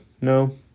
no